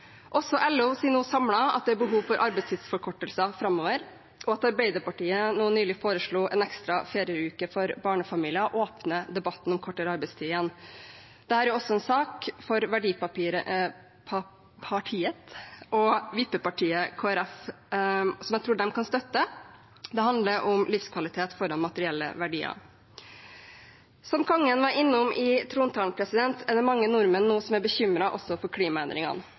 Også LO sier nå samlet at det er behov for arbeidstidsforkortelser framover. At Arbeiderpartiet nylig foreslo en ekstra ferieuke for barnefamilier, åpner debatten om kortere arbeidstid igjen. Dette er også en sak som jeg tror verdipartiet og vippepartiet Kristelig Folkeparti kan støtte, det handler om livskvalitet foran materielle verdier. Som kongen var innom i trontalen, er det mange nordmenn som nå også er bekymret over klimaendringene.